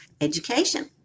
education